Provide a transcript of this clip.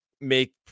make